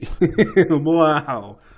Wow